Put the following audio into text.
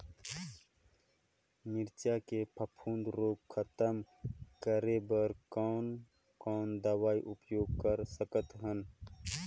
मिरचा के फफूंद रोग खतम करे बर कौन कौन दवई उपयोग कर सकत हन?